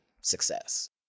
success